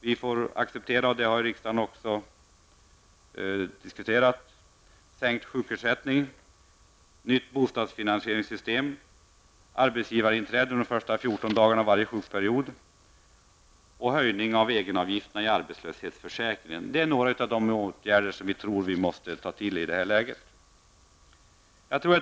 Vi måste acceptera, vilket riksdagen också har diskuterat, sänkt sjukersättning, nytt bostadsfinansieringssystem, arbetsgivarinträde under de första 14 dagarna av varje sjukperiod och höjning av egenavgifterna i arbetslöshetsförsäkringen. Det är några av de åtgärder som vi tror måste vidtas i detta läge. Herr talman!